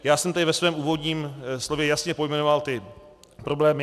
Já jsem tady ve svém úvodním slově jasně pojmenoval problémy.